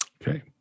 Okay